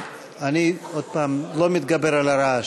אני, עוד פעם, לא מתגבר על הרעש.